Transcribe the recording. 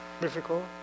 Difficult